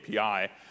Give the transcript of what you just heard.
API